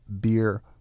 beer